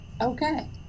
okay